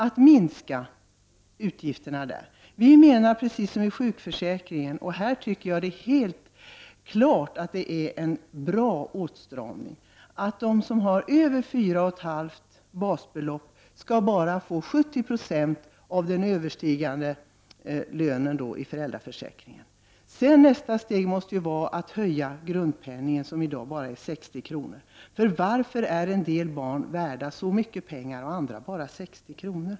Vi menar att det är en bra åtstramning här, liksom i fråga om sjukförsäkringen, att de som har över 4,5 basbelopp bara skall få 70 76 av inkomsten därutöver i ersättning från föräldraförsäkringen. Nästa steg måste vara att höja grundpenningen, som i dag bara är 60 kr. Varför är en del barn värda så oerhört mycket pengar och andra bara 60 kr.?